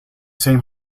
same